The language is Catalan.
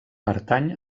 pertany